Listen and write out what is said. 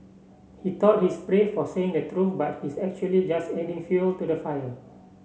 he thought his brave for saying the truth but his actually just adding fuel to the fire